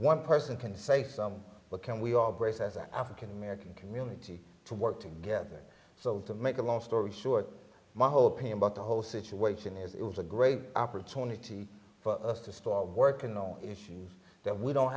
one person can say something but can we operate as an african american community to work together so to make a long story short my whole point about the whole situation is it was a great opportunity for us to start working on issues that we don't